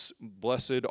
Blessed